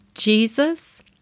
Jesus